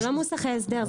זה לא מוסכי הסדר,